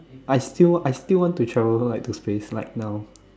I still I still want to travel to like space like now